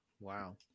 Wow